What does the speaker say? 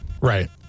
right